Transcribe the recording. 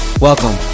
Welcome